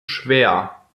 schwer